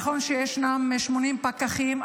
נכון שישנם 80 פקחים,